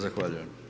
Zahvaljujem.